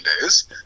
days